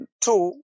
Two